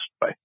Bye